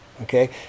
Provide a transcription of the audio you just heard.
okay